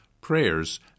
prayers